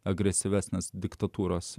agresyvesnės diktatūros